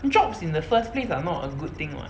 jobs in the first place are not a good thing [what]